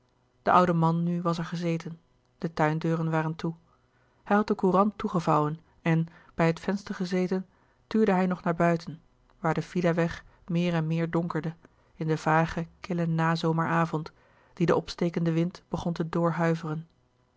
de oude man nu was er gezeten de tuindeuren waren toe hij had de courant toegevouwen en bij het venster gezeten tuurde hij nog naar buiten waar de villa weg meer louis couperus de boeken der kleine zielen en meer donkerde in den vagen killen nazomeravond dien de opstekende wind begon te